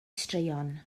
straeon